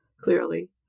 clearly